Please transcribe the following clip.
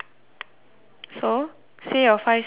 so say your five sentences